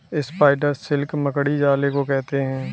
spider silk मकड़ी जाले को कहते हैं